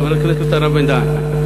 חבר הכנסת הרב בן-דהן,